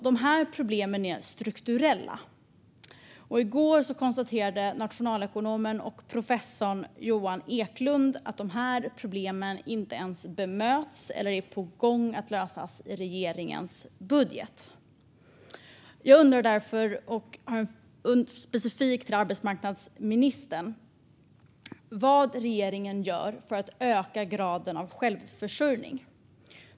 Dessa problem är strukturella. I går konstaterade nationalekonomen och professorn Johan Eklund att dessa problem inte ens bemöts eller är på gång att lösas i regeringens budget. Jag undrar därför, och vänder mig specifikt till arbetsmarknadsministern, vad regeringen gör för att höja graden av självförsörjning.